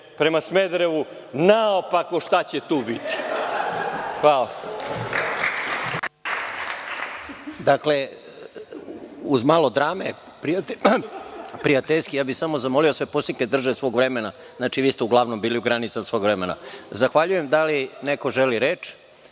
prema Smederevu. Naopako, šta će tu biti. Hvala. **Žarko Korać** Uz malo drame, prijateljski, ja bih samo zamolio sve poslanike da se drže svog vremena. Vi ste uglavnom bili u granicama svog vremena. Zahvaljujem. Da li neko želi reč?